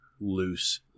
loose